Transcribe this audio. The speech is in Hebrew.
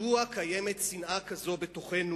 מדוע קיימת שנאה כזאת בתוכנו,